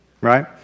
right